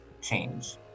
change